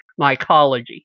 mycology